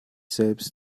selbst